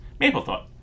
Maplethorpe